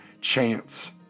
chance